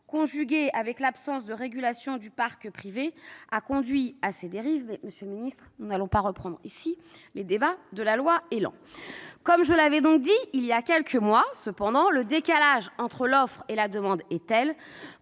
conjuguée à l'absence de régulation du parc privé, a conduit à ces dérives. Monsieur le ministre, nous n'allons pas reprendre ici les débats de la loi ÉLAN. Comme je l'avais dit il y a quelques mois, le décalage entre l'offre et la demande est tel